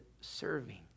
serving